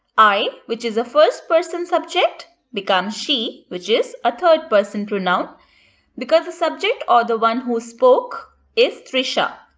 i, which is a first person subject becomes she which is a third person pronoun because the subject or the one who spoke is trisha,